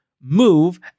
move